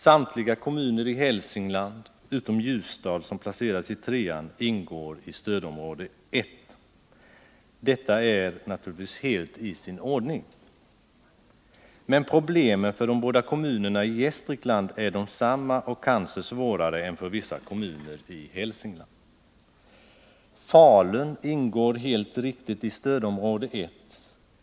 Samtliga kommuner i Hälsingland — utom Ljusdal, som placerats i trean — ingår i stödområde 1. Detta är naturligtvis helt i sin ordning. Men problemen för de båda kommunerna i Gästrikland är desamma och kanske svårare än för vissa kommuner i Hälsingland. Falun ingår helt riktigt i stödområde 1.